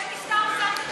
יש משטר סנקציות על,